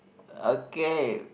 okay